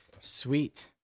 sweet